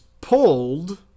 pulled